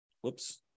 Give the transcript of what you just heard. whoops